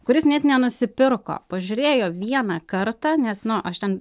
kuris net nenusipirko pažiūrėjo vieną kartą nes nu aš ten